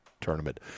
tournament